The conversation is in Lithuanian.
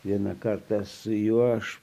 vieną kartą su juo aš